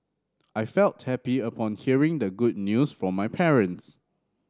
I felt happy upon hearing the good news from my parents